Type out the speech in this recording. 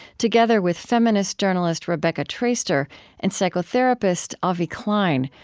together with feminist journalist rebecca traister and psychotherapist avi klein,